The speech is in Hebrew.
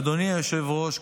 אדוני היושב-ראש,